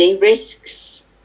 risks